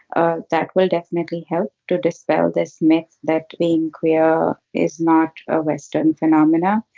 ah that will definitely help to dispel this myth that being clear is not a western phenomena.